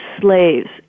slaves